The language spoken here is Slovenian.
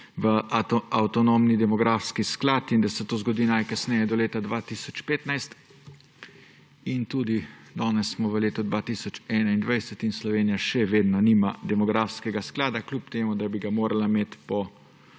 v avtonomni demografski sklad in da se to zgodi najkasneje do leta 2015. Danes smo v letu 2021 in Slovenija še vedno nima demografskega sklada, kljub temu da bi ga morala imeti po